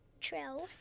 True